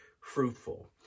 fruitful